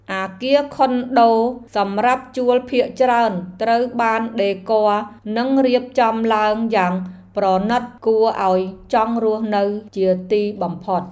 អគារខុនដូសម្រាប់ជួលភាគច្រើនត្រូវបានដេគ័រនិងរៀបចំឡើងយ៉ាងប្រណីតគួរឱ្យចង់រស់នៅជាទីបំផុត។